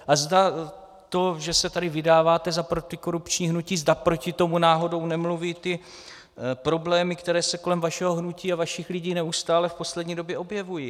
A zda to, že se tady vydáváte za protikorupční hnutí, zda proti tomu náhodou nemluví ty problémy, které se kolem vašeho hnutí a vašich lidí neustále v poslední době objevují.